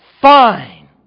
fine